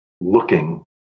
looking